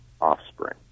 offspring